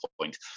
point